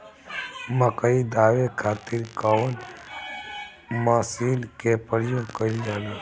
मकई दावे खातीर कउन मसीन के प्रयोग कईल जाला?